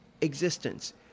existence